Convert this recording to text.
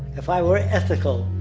if i were ethical,